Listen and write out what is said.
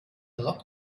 lot